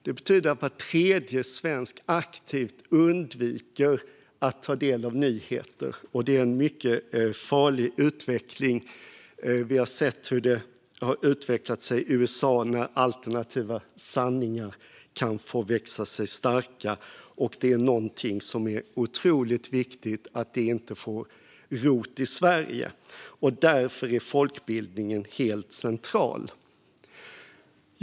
Det betyder att var tredje svensk aktivt undviker att ta del av nyheter, och det är en mycket farlig utveckling. Vi har sett hur det har utvecklat sig i USA när alternativa sanningar har fått växa sig starka. Det är otroligt viktigt att det inte får slå rot i Sverige, och därför är folkbildningen helt central.